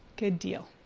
good deal.